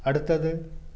அடுத்தது